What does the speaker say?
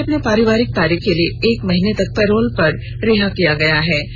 उन्हें अपने पारिवारिक कार्य के लिए एक माह तक पैरोल पर रिहा किया गया है